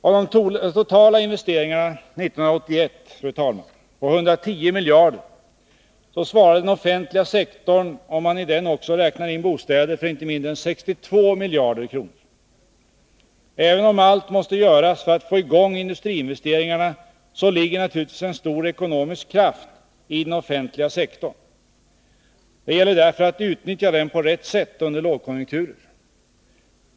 Av de totala investeringarna 1981 på 110 miljarder kronor svarade den offentliga sektorn, om man i den också räknar in bostäder, för inte mindre än 62 miljarder kronor. Även om allt måste göras för att få i gång industriinvesteringarna, ligger naturligtvis en stor ekonomisk kraft i den offentliga sektorn. Det gäller därför att utnyttja den på rätt sätt under lågkonjukturen.